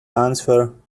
answer